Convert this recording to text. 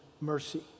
mercy